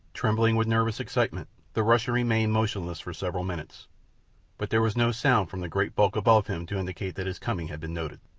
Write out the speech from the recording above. trembling with nervous excitement, the russian remained motionless for several minutes but there was no sound from the great bulk above him to indicate that his coming had been noted.